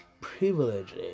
privilege